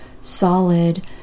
solid